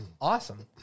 awesome